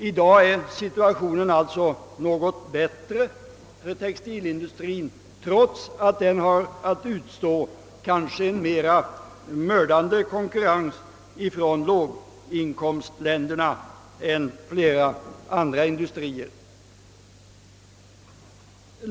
I dag är situationen något bättre för textilindustrien trots att den kanske har att utstå en mera mördande konkurrens från låginkomstländerna än flera andra industrier.